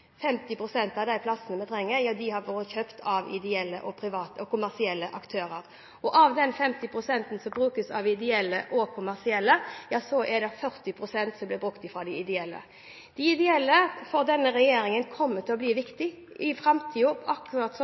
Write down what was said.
pst. av de plassene man trenger av ideelle, private og kommersielle aktører. Av de 50 pst. som brukes av ideelle og kommersielle, er det 40 pst. som blir brukt av de ideelle. For denne regjeringen kommer de ideelle aktørene til å bli viktige i framtiden – akkurat